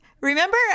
remember